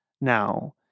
now